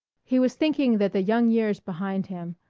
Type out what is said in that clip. he was thinking that the young years behind him,